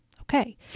Okay